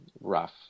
rough